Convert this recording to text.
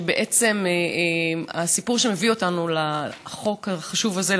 שבעצם הסיפור שמביא אותנו לחוק החשוב הזה,